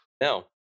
No